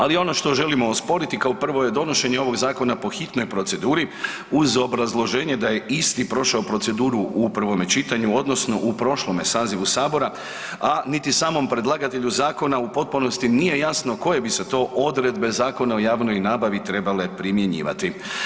Ali ono što želimo osporiti kao prvo je donošenje ovog zakona po hitnoj proceduri uz obrazloženje da je isti prošao proceduru u prvome čitanju odnosno u prošlome sazivu sabora, a niti samom predlagatelju zakona u potpunosti nije jasno koje bi se to odredbe Zakona o javnoj nabavi trebale primjenjivati.